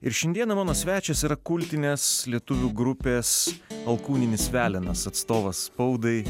ir šiandieną mano svečias yra kultinės lietuvių grupės alkūninis velenas atstovas spaudai